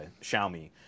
Xiaomi